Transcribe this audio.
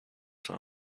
san